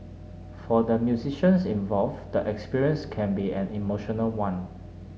for the musicians involved the experience can be an emotional one